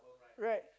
rack